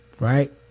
Right